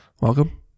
Welcome